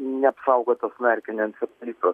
neapsaugotas nuo erkinio encefalito